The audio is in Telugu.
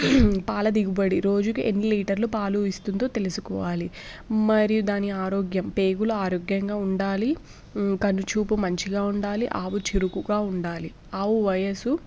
పాల దిగుబడి రోజుకి ఎన్ని లీటర్లు పాలు ఇస్తుందో తెలుసుకోవాలి మరియు దాని ఆరోగ్యం పేగులు ఆరోగ్యంగా ఉండాలి కనుచూపు మంచిగా ఉండాలి ఆవు చురుకుగా ఉండాలి ఆవు వయస్సు